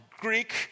Greek